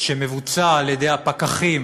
שמבוצע על-ידי הפקחים